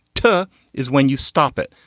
ter is when you stop it.